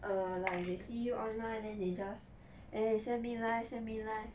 err like they see you online then they just then they send me life send me life